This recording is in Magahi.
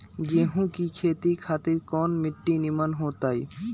गेंहू की खेती खातिर कौन मिट्टी निमन हो ताई?